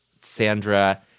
Sandra